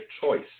choice